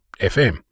FM